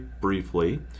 briefly